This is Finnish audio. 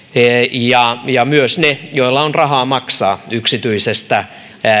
ja ja myös ne joilla on rahaa maksaa yksityisestä